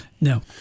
No